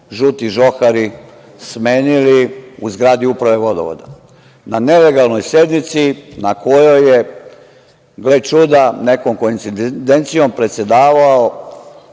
žuti žohari smenili u zgradi Uprave vodovoda, na nelegalnoj sednici na kojoj je, gle čuda nekom koincidencijom predsedavao